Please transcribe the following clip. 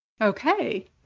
Okay